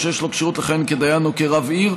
או שיש לו כשירות לכהן כדיין או כרב עיר,